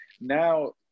now